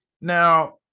Now